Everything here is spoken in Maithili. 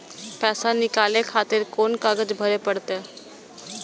पैसा नीकाले खातिर कोन कागज भरे परतें?